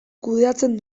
kudeatzen